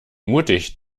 mutig